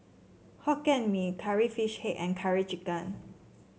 Hokkien Mee Curry Fish Head and Curry Chicken